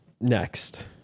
next